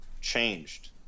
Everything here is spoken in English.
changed